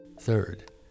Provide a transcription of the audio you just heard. Third